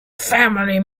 family